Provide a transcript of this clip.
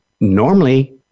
normally